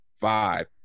five